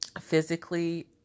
physically